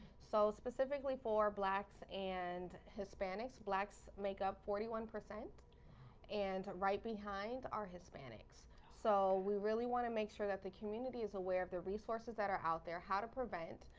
so specifically for blacks and hispanics blacks make up forty one percent and right behind are hispanics. so we really want to make sure that the community is aware of the resources that are out there, how to prevent.